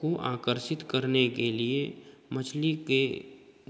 कों आकर्षित करने के लिए मछली के